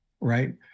right